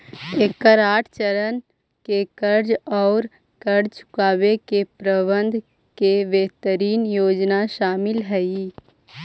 एकर आठ चरण में कर्ज औउर कर्ज चुकावे के प्रबंधन के बेहतरीन योजना शामिल हई